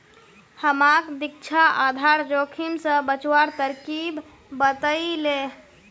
हमाक दीक्षा आधार जोखिम स बचवार तरकीब बतइ ले